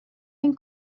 این